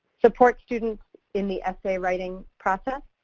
support students in the essay writing process.